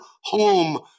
home